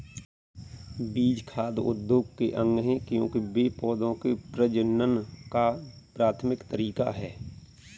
बीज खाद्य उद्योग के अंग है, क्योंकि वे पौधों के प्रजनन का प्राथमिक तरीका है